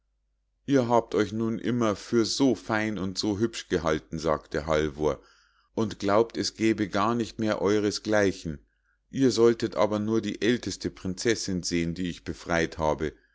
ihr habt euch nun immer für so fein und so hübsch gehalten sagte halvor und glaubt es gäbe gar nicht mehr euresgleichen ihr solltet aber nur die älteste prinzessinn sehen die ich befrei't habe